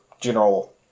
general